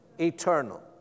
Eternal